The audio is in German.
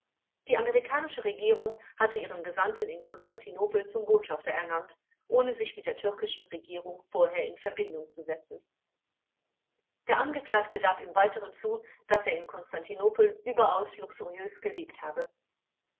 die amerikanische regierung hatte ihren gesandten in konstantinopel zum botschafter ernannt ohne sich mit der türkischen regierung vorher in verbindung zu setzen der angeklagte gab im weiteren zu daß er in konstantinopel überaus luxuriös gelebt habe